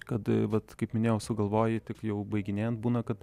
kad vat kaip minėjau sugalvoji tik jau baiginėjant būna kad